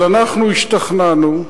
אז אנחנו השתכנענו,